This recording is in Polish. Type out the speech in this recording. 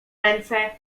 ręce